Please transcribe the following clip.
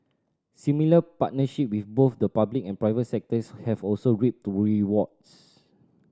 similar partnership with both the public and private sectors have also reaped rewards